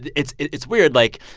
it's it's weird. like,